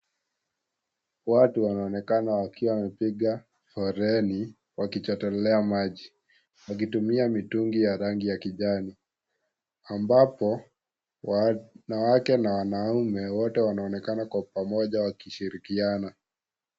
Watu wanaonekana wakiwa wamepiga foleni wakichotelea maji, wakitumia mitungi ya rangi ya kijani ambapo wanawake na wanaume wote wanaonekana kwa pamoja wakishirikiana.